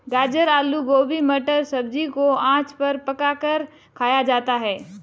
गाजर आलू गोभी मटर सब्जी को आँच पर पकाकर खाया जाता है